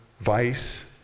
vice